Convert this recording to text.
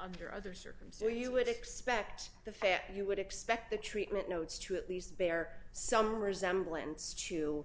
under other circumstances you would expect the fact that you would expect the treatment notes to at least bear some resembl